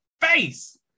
face